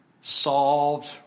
solved